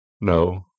No